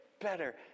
better